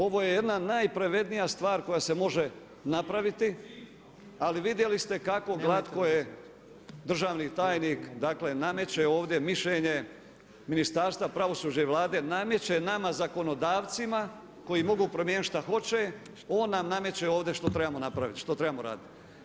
Ovo je jedna najpravednija stvar koja se može napraviti, ali vidjeli ste kako glatko je državni tajnik, dakle, nameće ovdje mišljenje, Ministarstva pravosuđe i Vlade, nameće nama zakonodavcima, koji mogu promijeniti što hoće, on nam nameće ovdje što trebamo napraviti, što trebamo raditi.